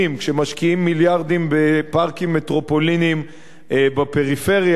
כשמשקיעים מיליארדים בפארקים מטרופוליניים בפריפריה,